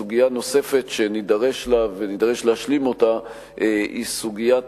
סוגיה נוספת שנידרש לה ונידרש להשלים אותה היא סוגיית